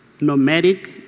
nomadic